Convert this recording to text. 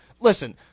Listen